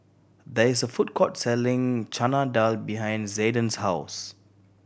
there is a food court selling Chana Dal behind Zayden's house